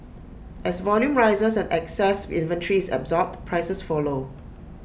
as volume rises and excess inventory is absorbed prices follow